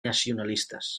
nacionalistes